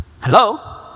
Hello